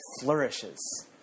flourishes